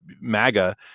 MAGA